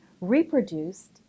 reproduced